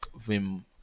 vim